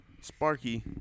Sparky